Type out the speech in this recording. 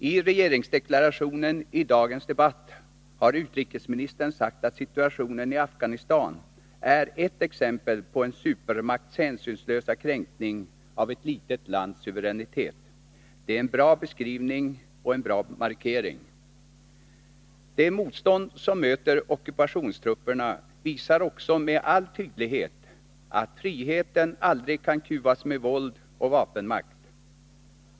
I regeringsdeklarationen i dagens debatt har utrikesministern sagt att situationen i Afghanistan är ett exempel på en supermakts hänsynslösa kränkning av ett litet lands suveränitet. Det är bra beskrivning och en bra markering. Det motstånd som möter ockupationstrupperna visar också med all tydlighet att friheten aldrig kan kuvas med våld och vapenmakt.